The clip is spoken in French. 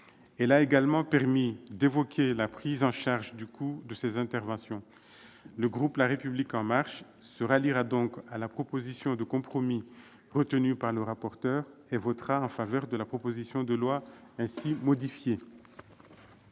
Elle a également permis d'évoquer la prise en charge du coût de ces interventions. Le groupe La République En Marche se ralliera donc à la position de compromis retenue par le rapporteur et votera en faveur de la proposition de loi ainsi modifiée.